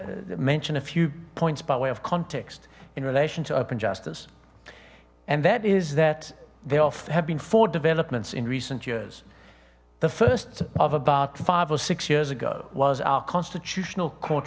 a mention a few points by way of context in relation to open justice and that is that they off have been for developments in recent years the first of about five or six years ago was our constitutional court